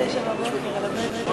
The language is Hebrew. מתי שחרית?